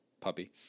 puppy